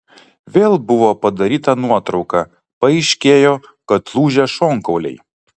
vėl buvo padaryta nuotrauka paaiškėjo kad lūžę šonkauliai